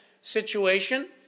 situation